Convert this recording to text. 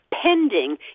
pending